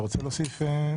אתה רוצה להוסיף מספר מילים?